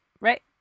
right